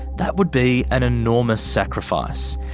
that would be an enormous sacrifice,